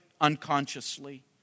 unconsciously